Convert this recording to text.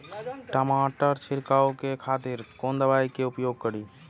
टमाटर छीरकाउ के खातिर कोन दवाई के उपयोग करी?